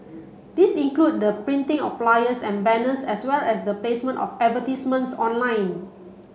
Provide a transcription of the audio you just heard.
these include the printing of flyers and banners as well as the placement of advertisements online